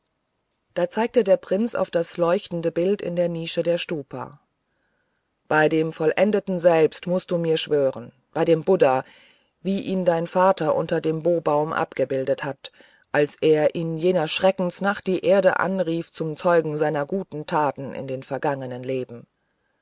da zeigte der prinz auf das leuchtende bild in der nische der stupa bei dem vollendeten selbst mußt du mir schwören bei dem buddha wie ihn dein vater unter dem bobaum abgebildet hat als er in jener schreckensnacht die erde anrief zum zeugen seiner guten taten in den vergangenen leben